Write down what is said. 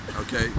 Okay